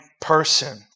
person